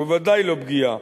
וודאי לא פגיעה,